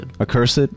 Accursed